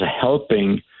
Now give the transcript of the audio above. helping